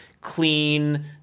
clean